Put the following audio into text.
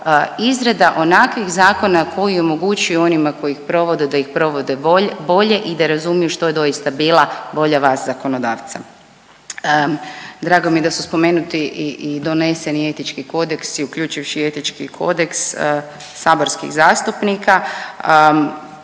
izrada onakvih zakona koji omogućuju onima koji ih provode da ih provode bolje i da razumiju što je doista bila volja vas zakonodavca. Drago mi je da su spomenuti i doneseni Etički kodeksi uključivši i Etički kodeks saborskih zastupnika